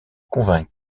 convaincu